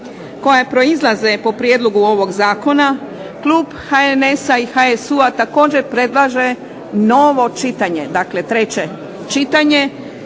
koje proizlaze po prijedlogu ovog zakona klub HNS-a i HSU-a također predlaže novo čitanje, dakle treće čitanje.